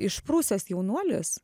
išprusęs jaunuolis